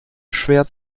schwer